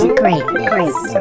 greatness